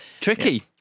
Tricky